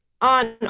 on